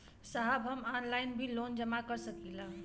साहब हम ऑनलाइन भी लोन जमा कर सकीला?